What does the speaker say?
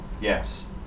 yes